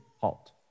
halt